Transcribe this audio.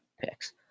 picks